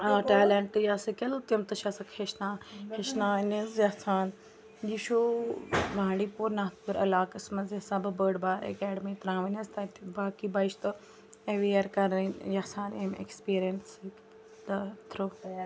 talent یا skill تِم تہِ چھَسَکھ ہیٚچھناو ہیٚچھناونۍ حظ یَژھان یہِ چھُ بانڈی پوٗر ناگپوٗر علاقَس منٛز یَژھان بہٕ بٔڑ بار ایکیڈمی ترٛاوٕنۍ حظ تَتہِ باقٕے بَچہِ تہٕ ایٚویر کَرٕنۍ یَژھان امہِ ایکٕسپیٖریَنسٕ تہٕ تھرٛوٗ